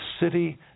city